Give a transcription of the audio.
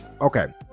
okay